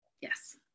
Yes